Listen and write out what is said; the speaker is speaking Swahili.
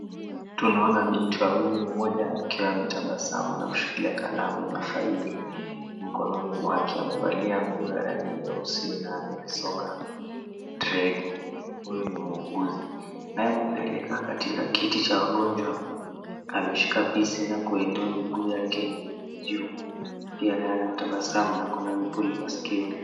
Tunaona binti wawili mmoja akiwa ametabasamu na kushikilia kalamu na faili mkononi mwake amevalia nguo ya rangi nyeusi na amesonga dredi huyu ni muuguzi, naye mwingine aliyekaa katika kiti cha wagonjwa ameshuka pisi na kuinua miguu yake juu pia naye anatabasamu na ako na vipuli masikioni.